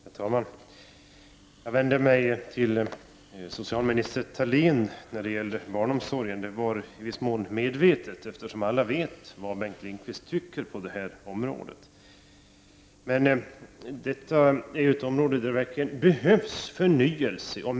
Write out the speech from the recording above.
Herr talman! Jag vände mig till socialminister Thalén när det gäller barnomsorgen. Det var i viss mån medvetet, eftersom alla vet vad Bengt Lindqvist tycker på detta område. Det här är ett område där det verkligen behövs förnyelse.